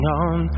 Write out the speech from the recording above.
on